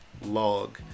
log